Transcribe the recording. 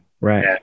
right